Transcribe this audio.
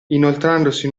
inoltrandosi